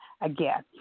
again